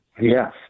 yes